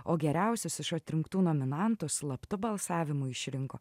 o geriausius iš atrinktų nominantų slaptu balsavimu išrinko